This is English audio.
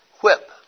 whip